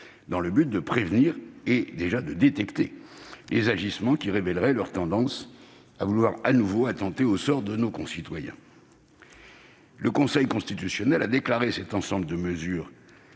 dans le but de prévenir et, déjà, de détecter les agissements qui révéleraient leur tendance à vouloir de nouveau attenter au sort de nos concitoyens. Le Conseil constitutionnel a déclaré cet ensemble de mesures